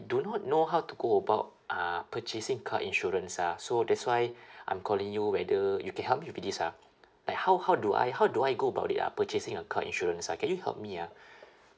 do not know how to go about uh purchasing car insurance lah so that's why I'm calling you whether you can help me with this ah like how how do I how do I go about it ah purchasing a car insurance uh can you help me ah